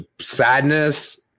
sadness